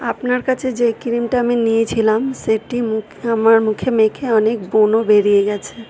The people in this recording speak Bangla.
আপনার কাছে যে ক্রিমটা আমি নিয়েছিলাম সেটি মুখে আমার মুখে মেখে অনেক ব্রণ বেড়িয়ে গেছে